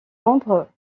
ombre